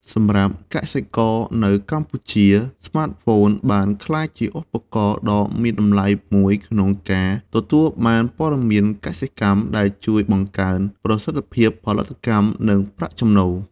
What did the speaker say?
សម្រាប់កសិករនៅកម្ពុជា ស្មាតហ្វូនបានក្លាយជាឧបករណ៍ដ៏មានតម្លៃមួយក្នុងការទទួលបាន ព័ត៌មានកសិកម្ម ដែលជួយបង្កើនប្រសិទ្ធភាពផលិតកម្ម និងប្រាក់ចំណូល។